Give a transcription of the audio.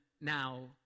now